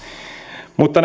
mutta